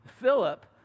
Philip